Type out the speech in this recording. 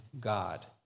God